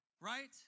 Right